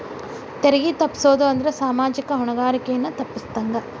ತೆರಿಗೆ ತಪ್ಪಸೊದ್ ಅಂದ್ರ ಸಾಮಾಜಿಕ ಹೊಣೆಗಾರಿಕೆಯನ್ನ ತಪ್ಪಸಿದಂಗ